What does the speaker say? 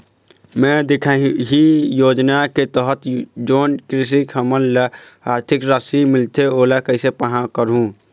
मैं दिखाही योजना के तहत जोन कृषक हमन ला आरथिक राशि मिलथे ओला कैसे पाहां करूं?